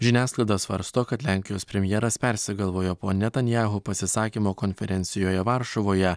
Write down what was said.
žiniasklaida svarsto kad lenkijos premjeras persigalvojo po netanjaho pasisakymo konferencijoje varšuvoje